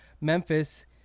Memphis